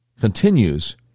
continues